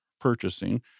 purchasing